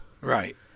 Right